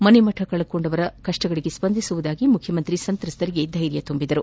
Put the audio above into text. ಮನೆ ಮಠ ಕಳೆದುಕೊಂಡವರ ಕಷ್ಟಗಳಿಗೆ ಸ್ಪಂದಿಸುವುದಾಗಿ ಮುಖ್ಯಮಂತ್ರಿ ಸಂತ್ರಸ್ತರಿಗೆ ಧೈರ್ಯ ತುಂಬಿದರು